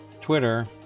Twitter